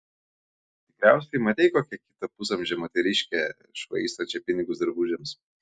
tikriausiai matei kokią kitą pusamžę moteriškę švaistančią pinigus drabužiams